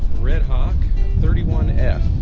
red hawk thirty one f